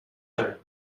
type